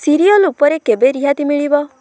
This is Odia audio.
ସିରିଅଲ୍ ଉପରେ କେବେ ରିହାତି ମିଳିବ